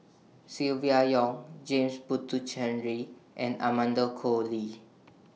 Silvia Yong James Puthucheary and Amanda Koe Lee